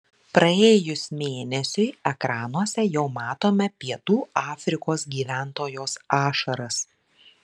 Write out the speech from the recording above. praėjus mėnesiui ekranuose jau matome pietų afrikos gyventojos ašaras